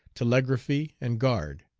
telegraphy, and guard.